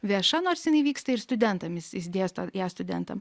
vieša nors jinai vyksta ir studentam jis dėsto ją studentam